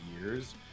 years